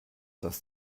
das